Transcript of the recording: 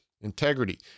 Integrity